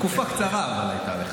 תקופה קצרה הייתה לך.